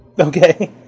Okay